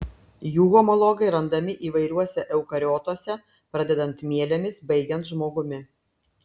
jų homologai randami įvairiuose eukariotuose pradedant mielėmis baigiant žmogumi